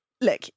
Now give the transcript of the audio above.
look